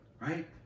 Right